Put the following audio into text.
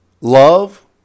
love